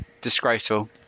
disgraceful